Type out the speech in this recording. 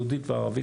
יהודית וערבית,